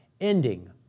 ending